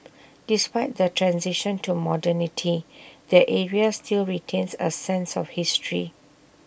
despite the transition to modernity the area still retains A sense of history